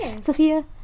Sophia